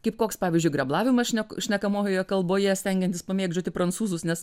kaip koks pavyzdžiui greblavimą šnek šnekamojoje kalboje stengiantis pamėgdžioti prancūzus nes